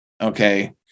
okay